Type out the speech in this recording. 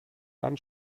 dann